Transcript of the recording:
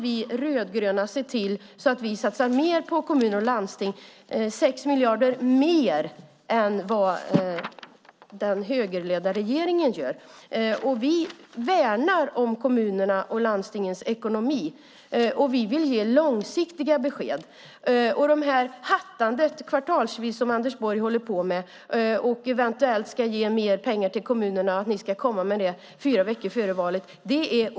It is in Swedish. Vi rödgröna ser till att satsa mer på kommuner och landsting, 6 miljarder mer än vad den högerledda regeringen gör. Vi värnar om kommunernas och landstingens ekonomi. Vi vill ge långsiktiga besked. Det här hattandet kvartalsvis som Anders Borg håller på med är oansvarigt. Eventuellt ska ni ge mer pengar till kommunerna. Beskedet ska komma fyra veckor före valet.